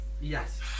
yes